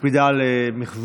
מקפידה על מחזור.